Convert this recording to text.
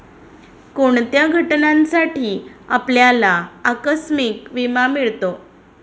कोणत्या घटनांसाठी आपल्याला आकस्मिक विमा मिळतो?